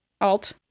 Alt